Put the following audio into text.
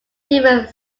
different